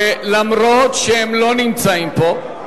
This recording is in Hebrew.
שאומנם הם לא נמצאים פה אבל